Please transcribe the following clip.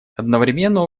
одновременно